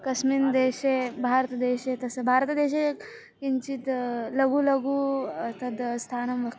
कस्मिन् देशे भारतदेशे तस्य भारतदेशे किञ्चित् लघु लघु तद् स्थानं वक्त्